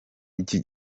iki